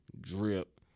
drip